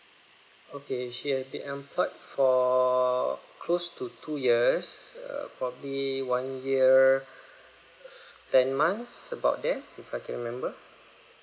okay she had been employed for close to two years err probably one year ten months about there if I can remember